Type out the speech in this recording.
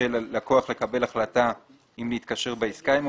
של לקוח לקבל החלטה אם להתקשר בעסקה עמו,